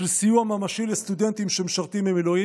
של סיוע ממשי לסטודנטים שמשרתים במילואים.